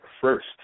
first